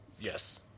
Yes